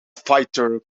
fighter